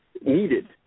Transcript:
needed